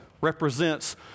represents